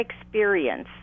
experience